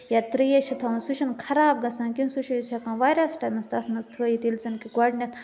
یا ترٛیش چھِ تھاوان سُہ چھُنہٕ خراب گژھان کیٚنٛہہ سُہ چھِ أسۍ ہٮ۪کان واریاہَس ٹایمَس تَتھ منٛز تھٲوِتھ ییٚلہِ زَن کہِ گۄڈٕنٮ۪تھ